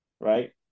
right